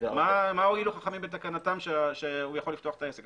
מה הועילו חכמים בתקנתם שהוא יכול לפתוח את העסק?